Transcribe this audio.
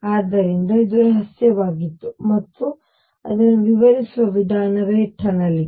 ಆದ್ದರಿಂದ ಇದು ರಹಸ್ಯವಾಗಿತ್ತು ಮತ್ತು ಅದನ್ನು ವಿವರಿಸುವ ವಿಧಾನವೇ ಟನಲಿಂಗ್